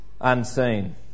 unseen